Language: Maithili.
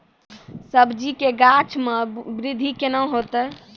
सब्जी के गाछ मे बृद्धि कैना होतै?